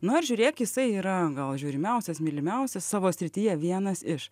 na ir žiūrėk jisai yra gal žiūrimiausias mylimiausias savo srityje vienas iš